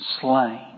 slain